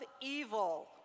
evil